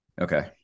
Okay